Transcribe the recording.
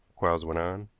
quarles went on.